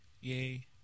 Yay